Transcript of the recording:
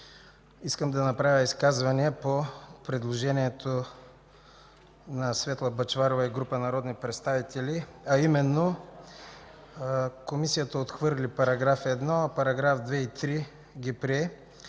Искам да направя изказвания по предложението на Светла Бъчварова и група народни представители, а именно – Комисията отхвърли § 1, а параграфи 2 и 3 ги прие.